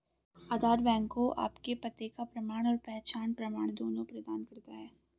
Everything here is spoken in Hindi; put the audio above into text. आधार बैंक को आपके पते का प्रमाण और पहचान प्रमाण दोनों प्रदान करता है